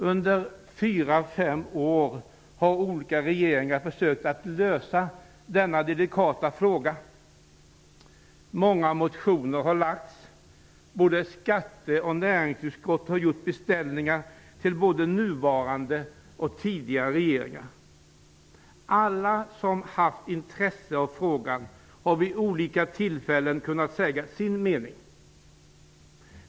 Under fyra fem år har olika regeringar försökt lösa denna delikata fråga. Många motioner har väckts. Både skatteutskottet och näringsutskottet har gjort beställningar såväl till den nuvarande regeringen som till tidigare regeringar. Alla som har haft intresse för frågan har vid olika tillfällen kunnat säga sin mening.